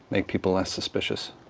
make people less suspicious.